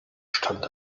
stand